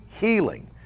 healing